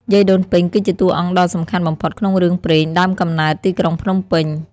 យាយដូនពេញ គឺជាតួអង្គដ៏សំខាន់បំផុតក្នុងរឿងព្រេងដើមកំណើតទីក្រុងភ្នំពេញ។